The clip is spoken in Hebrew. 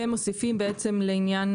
ומוסיפים בעצם לעניין